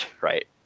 right